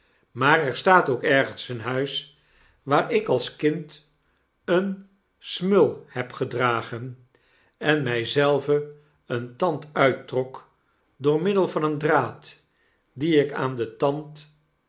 maar er staat ook ergens een huis waar ik als kind een smul heb gedragen en my zelve een tand uittrok door middel van een draad die ik aan den tand